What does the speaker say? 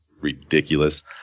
ridiculous